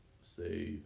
say